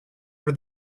for